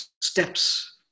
steps